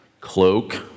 cloak